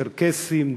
צ'רקסים,